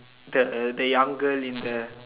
the the younger in the